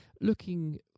Looking